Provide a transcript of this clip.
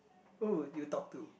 who would you talk to